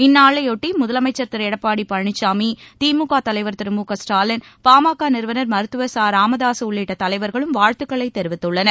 இந்நாளைஒட்டிமுதலமைச்சர் திருளடப்பாடிபழனிசாமி திமுகதலைவர் திரு மு க ஸ்டாலின் பா ம க நிறுவனர் மருத்துவர் ச ராமதாகஉள்ளிட்டதலைவர்களும் வாழ்த்துக்களைதெரிவித்துள்ளனர்